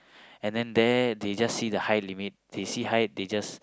and then there they just see the height limit they see height they just